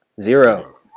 Zero